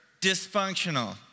dysfunctional